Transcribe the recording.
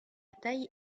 taille